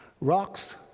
rocks